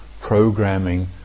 programming